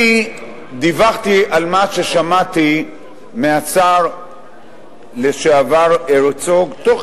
אני דיווחתי על מה ששמעתי מהשר לשעבר הרצוג תוך